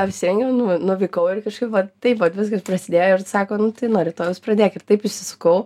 apsirengiau nu nuvykau ir kažkaip vat taip vat viskas prasidėjo ir sako nu tai nuo rytojaus pradėk ir taip įsisukau